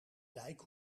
dijk